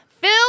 Phil